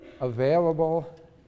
available